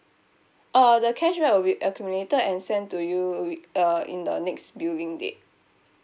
oh the cashback will be accumulated and sent to you wi~ uh in the next billing date